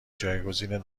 جایگزین